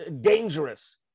Dangerous